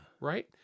Right